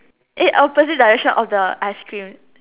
eh opposite direction of the ice cream